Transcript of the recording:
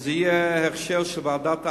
שזה יהיה הכשר של ועדת הארבעה.